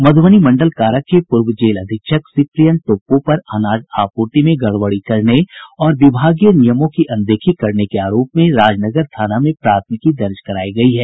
मधुबनी मंडल कारा के पूर्व जेल अधीक्षक सिप्रियन टोप्पो पर अनाज आपूर्ति में गड़बड़ी करने और विभागीय नियमों की अनदेखी करने के आरोप में राजनगर थाना में प्राथमिकी दर्ज करायी गयी है